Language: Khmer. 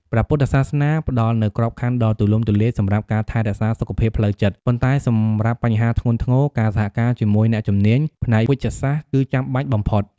ព្រះពុទ្ធសាសនាផ្ដល់នូវក្របខ័ណ្ឌដ៏ទូលំទូលាយសម្រាប់ការថែរក្សាសុខភាពផ្លូវចិត្ត ប៉ុន្តែសម្រាប់បញ្ហាធ្ងន់ធ្ងរ ការសហការជាមួយអ្នកជំនាញផ្នែកវេជ្ជសាស្ត្រគឺចាំបាច់បំផុត។